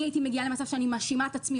אני הייתי מגיעה למצב שאני מאשימה את עצמי,